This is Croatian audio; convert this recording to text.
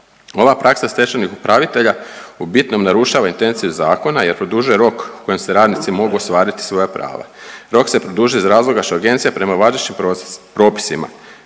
Ova praksa stečajnih upravitelja u bitnom narušava intencije zakona jer produžuje rok u kojem si radnici mogu ostvariti svoja prava. Rok se produžuje iz razloga što agencija prema važećim propisima